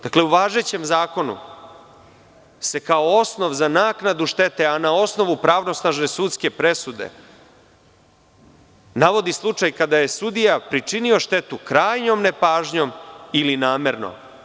Dakle, u važećem zakonu se kao osnov za naknadu štete, a na osnovu pravosnažne sudske presude, navodi slučaj kada je sudija pričinio štetu krajnjom nepažnjom ili namerno.